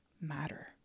matter